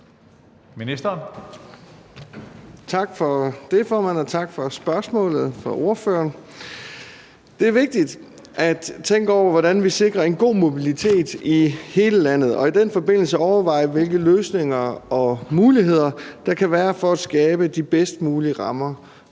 Tak for det, formand, og tak for spørgsmålet fra spørgeren. Det er vigtigt at tænke over, hvordan vi sikrer en god mobilitet i hele landet, og i den forbindelse overveje, hvilke løsninger og muligheder der kan være for at skabe de bedst mulige rammer